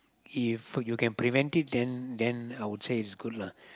if you can prevent it then then I would say it's good lah